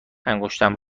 انگشتم